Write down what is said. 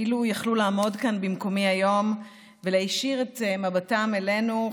אילו יכלו לעמוד כאן במקומי היום ולהישיר את מבטם אלינו,